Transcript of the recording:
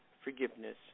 forgiveness